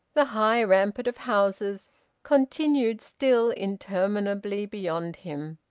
the high rampart of houses continued still interminably beyond him.